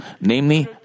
namely